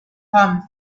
holmes